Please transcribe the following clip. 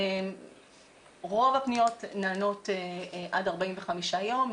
רוב הפניות נענות עד 45 יום.